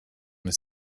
his